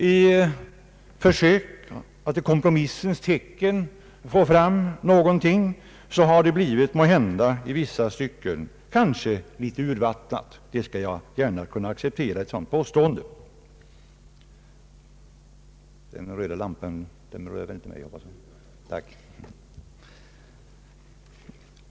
I försöken att åstadkomma någonting i kompromissens tecken har utlåtandet måhända i vissa stycken blivit något urvattnat. Jag skall gärna acceptera ett sådant påstående.